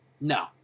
No